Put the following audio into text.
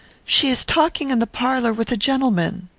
she is talking in the parlour with a gentleman.